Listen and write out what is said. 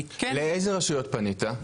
אני כן --- לאילו רשויות פנית?